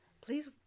Please